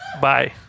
Bye